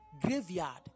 graveyard